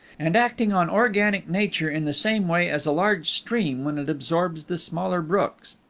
and acting on organic nature in the same way as a large stream when it absorbs the smaller brooks.